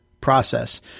process